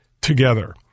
together